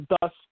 thus